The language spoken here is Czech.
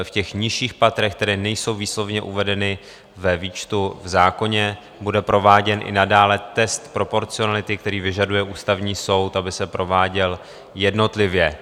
V nižších patrech, která nejsou výslovně uvedena ve výčtu v zákoně, bude prováděn i nadále test proporcionality, který vyžaduje Ústavní soud, aby se prováděl jednotlivě.